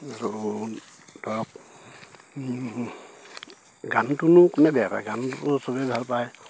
আৰু ধৰক গানটোনো কোনে বেয়া পায় গানটো চবে ভাল পায়